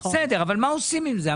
בסדר, אבל מה עושים עם זה?